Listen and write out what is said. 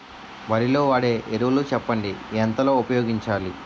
వరిలో వాడే ఎరువులు చెప్పండి? ఎంత లో ఉపయోగించాలీ?